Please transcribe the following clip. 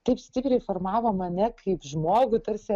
taip stipriai formavo mane kaip žmogų tarsi